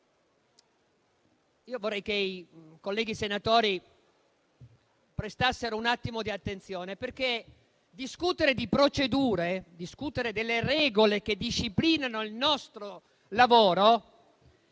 Io vorrei che i colleghi senatori prestassero attenzione, perché discutere di procedure e delle regole che disciplinano il nostro lavoro